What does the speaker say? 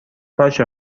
باشه